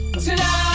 Tonight